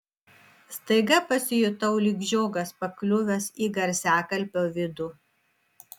staiga pasijutau lyg žiogas pakliuvęs į garsiakalbio vidų